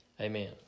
Amen